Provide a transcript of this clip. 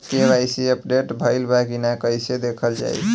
KYC update भइल बा कि ना कइसे देखल जाइ?